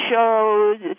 shows